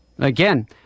Again